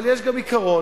אבל יש גם עיקרון.